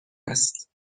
است